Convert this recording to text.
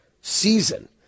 season